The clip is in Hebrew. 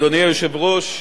אדוני היושב-ראש,